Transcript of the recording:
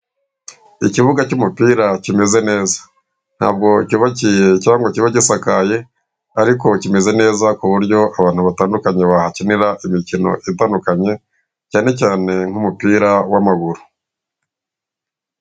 Ikibuga cy'umupira kimeze neza, ntabwo cyubakiye cyangwa ngo kibe gisakaye, ariko kimeze neza ku buryo abantu batandukanye bahakinira imikino itandukanye, cyane cyane nk'umupira w'amaguru.